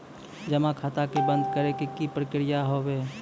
जमा खाता के बंद करे के की प्रक्रिया हाव हाय?